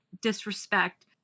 disrespect